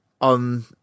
On